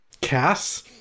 Cass